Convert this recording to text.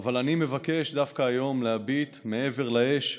אבל אני מבקש דווקא היום להביט מעבר לאש,